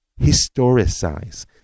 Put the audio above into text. historicize